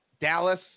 Dallas